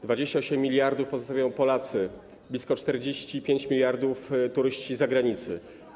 28 mld pozostawiają Polacy, blisko 45 mld - turyści z zagranicy.